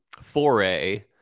foray